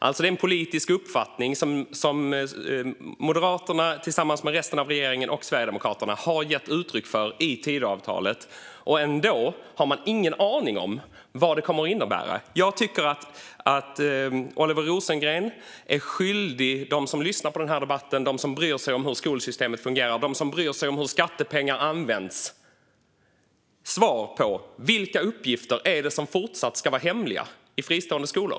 Det är en politisk uppfattning som Moderaterna tillsammans med resten av regeringen och Sverigedemokraterna har gett uttryck för i Tidöavtalet, och ändå har de ingen aning om vad det kommer att innebära. Jag tycker att Oliver Rosengren är skyldig dem som lyssnar på debatten, dem som bryr sig om hur skolsystemet fungerar och dem som bryr sig om hur skattepengar används ett svar på den här frågan: Vilka uppgifter är det som ska fortsätta att vara hemliga i fristående skolor?